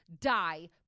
die